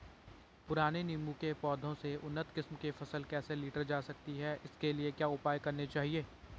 पुराने नीबूं के पौधें से उन्नत किस्म की फसल कैसे लीटर जा सकती है इसके लिए क्या उपाय करने चाहिए?